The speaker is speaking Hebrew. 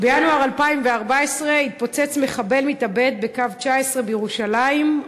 בינואר 2004 התפוצץ מחבל מתאבד בקו 19 בירושלים,